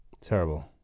Terrible